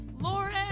Lauren